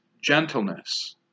gentleness